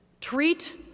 Treat